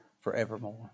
forevermore